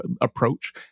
approach